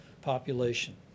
population